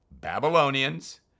Babylonians